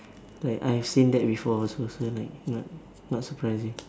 I I have seen that before closer like not not surprising